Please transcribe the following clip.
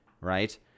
Right